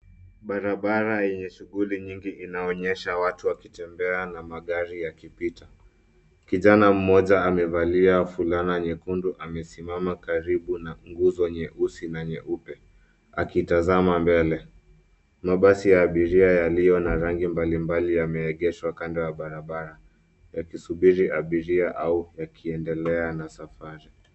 Barabara yenye shughuli nyingi inaonyesha watu wakitembea na magari yakipita. Kijana mmoja amevalia fulana nyekundu amesimama karibu na nguzo nyeusi na nyeupe akitazama mbele. Mabasi ya abiria yaliyo na rangi mbalimbali yameegeshwa kando ya barabara, yakisubiri abiria au yakiendelea na safari.